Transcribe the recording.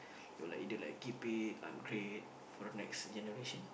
or like either like keep it um great for the next generation